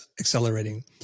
accelerating